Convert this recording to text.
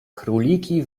króliki